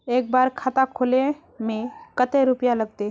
एक बार खाता खोले में कते रुपया लगते?